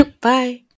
Bye